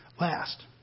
Last